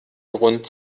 grund